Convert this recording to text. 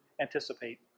anticipate